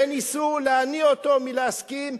וניסו להניא אותו מלהסכים.